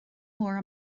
mór